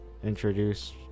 Introduce